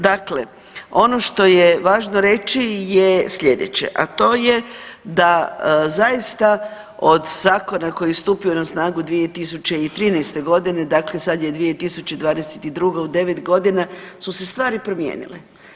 Dakle ono što je važno reći je sljedeće, a to je da zaista od zakona koji je stupio na snagu 2013. g., dakle sad je 2022., u 9 godina su se stvari promijenile.